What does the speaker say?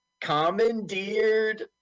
Commandeered